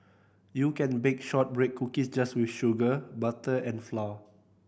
you can bake shortbread cookies just with sugar butter and flour